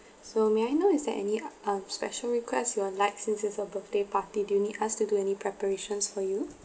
so may I know is there any special um requests you would like since it's a birthday party do you need us to do any preparations for you